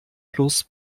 plus